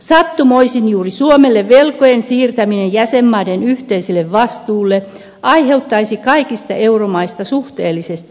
sattumoisin juuri suomelle velkojen siirtäminen jäsenmaiden yhteiselle vastuulle aiheuttaisi kaikista euromaista suhteellisesti eniten haittaa